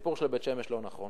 הסיפור של בית-שמש לא נכון,